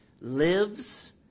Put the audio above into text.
lives